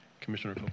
commissioner